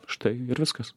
štai ir viskas